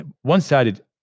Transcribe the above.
One-sided